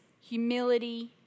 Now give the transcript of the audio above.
humility